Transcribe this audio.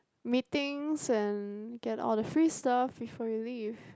meetings and get all the free stuff before you leave